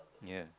ya